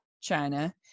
China